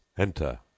enter